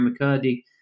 McCurdy